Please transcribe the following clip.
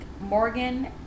Morgan